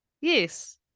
yes